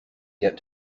get